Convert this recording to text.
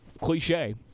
cliche